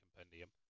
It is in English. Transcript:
Compendium